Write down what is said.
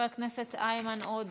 חבר הכנסת איימן עודה,